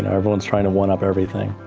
and everyone's trying to one up everything.